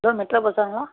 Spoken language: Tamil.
hello metro பஸார்ங்களா